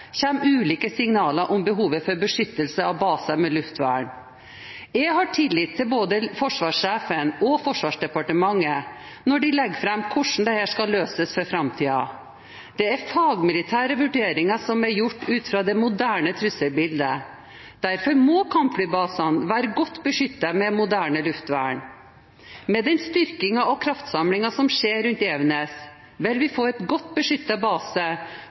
ulike signaler om behovet for beskyttelse av baser med luftvern. Jeg har tillit til både forsvarssjefen og Forsvarsdepartementet når de legger fram hvordan dette skal løses for framtiden. Dette er fagmilitære vurderinger som er gjort ut fra det moderne trusselbildet. Derfor må kampflybasen være godt beskyttet med moderne luftvern. Med den styrkingen og kraftsamlingen som skjer rundt Evenes, vil vi få en godt beskyttet base